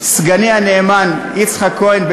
סגני הנאמן יצחק כהן.